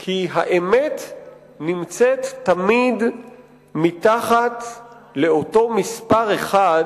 כי האמת נמצאת תמיד מתחת לאותו מספר אחד